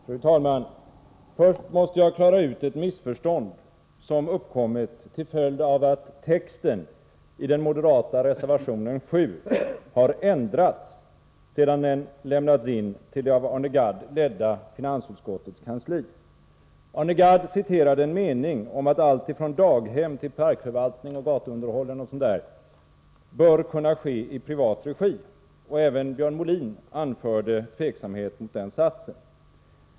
Fru talman! Först måste jag klara ut ett missförstånd som uppkommit till följd av att texten i den moderata reservationen 7 har ändrats sedan den lämnats in till det av Arne Gadd ledda finansutskottets kansli. Arne Gadd citerade en mening om att allt från daghem till parkförvaltning och gatuunderhåll bör kunna ske i privat regi, och även Björn Molin anförde tveksamhet mot den satsen.